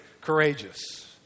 courageous